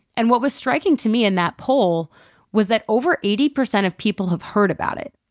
and what was striking to me in that poll was that over eighty percent of people have heard about it.